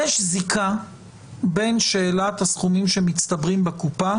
יש זיקה בין שאלת הסכומים שמצטברים בקופה